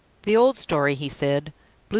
the old story, he said.